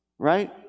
Right